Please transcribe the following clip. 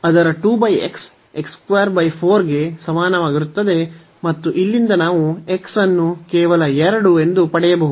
ಅದರ ಗೆ ಸಮಾನವಾಗಿರುತ್ತದೆ ಮತ್ತು ಇಲ್ಲಿಂದ ನಾವು x ಅನ್ನು ಕೇವಲ 2 ಎಂದು ಪಡೆಯಬಹುದು